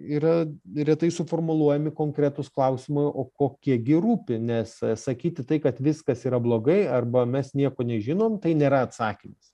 yra retai suformuluojami konkretūs klausimai o kokie gi rūpi nes sakyti tai kad viskas yra blogai arba mes nieko nežinom tai nėra atsakymas